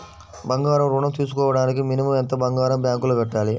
బంగారం ఋణం తీసుకోవడానికి మినిమం ఎంత బంగారం బ్యాంకులో పెట్టాలి?